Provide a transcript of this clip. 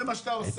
זה מה שאתה עושה.